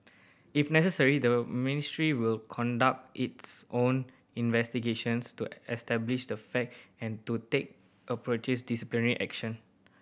if necessary the Ministry will conduct its own investigations to establish the fact and to take disciplinary action